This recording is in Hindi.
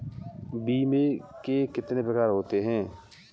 बीमे के कितने प्रकार हैं?